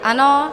Ano.